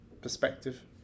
perspective